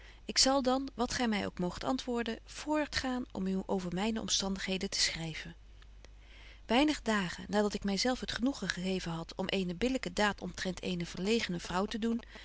ik zal dan wat gy my ook moogt antwoorden voortgaan om u over myne omstandigheden te schryven weinig dagen na dat ik my zelf het genoegen gegeven had om eene billyke daad omtrent eene verlegene vrouw te doen